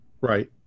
Right